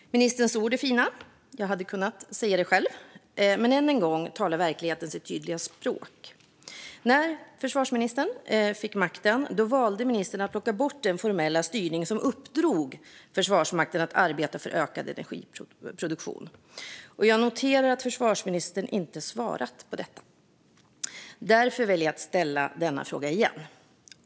Ministern ord är fina. Jag hade kunnat säga dem själv. Men än en gång talar verkligheten sitt tydliga språk. När försvarsministern fick makten valde han att plocka bort den formella styrning som uppdrog åt Försvarsmakten att arbeta för ökad energiproduktion. Jag noterar att försvarsministern inte svarat på detta. Därför väljer jag att ställa denna fråga igen.